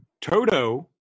Toto